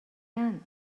яана